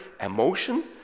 emotion